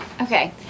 Okay